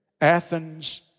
Athens